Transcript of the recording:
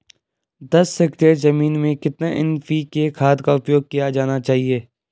दस हेक्टेयर जमीन में कितनी एन.पी.के खाद का उपयोग किया जाना चाहिए?